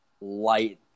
light